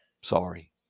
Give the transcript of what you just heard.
Sorry